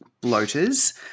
bloaters